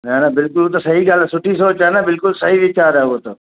न न बिल्कुलु त सही ॻाल्हि आहे सुठी सोच आहे न बिल्कुलु सही विचारु आहे हो त